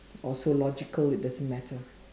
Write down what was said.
also logical it doesn't matter